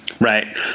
Right